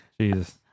Jesus